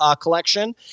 collection